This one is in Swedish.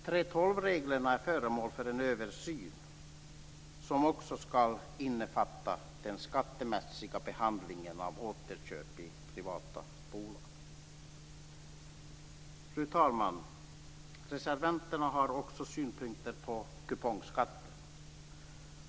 3:12-reglerna är föremål för en översyn som också ska innefatta den skattemässiga behandlingen av återköp i privata bolag. Fru talman! Reservanterna har också synpunkter på kupongskatten.